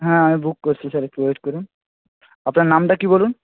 হ্যাঁ আমি বুক করছি স্যার একটু ওয়েট করুন আপনার নামটা কী বলুন